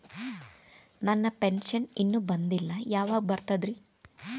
ನನ್ನ ಪೆನ್ಶನ್ ಇನ್ನೂ ಬಂದಿಲ್ಲ ಯಾವಾಗ ಬರ್ತದ್ರಿ?